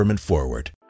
Forward